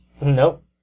Nope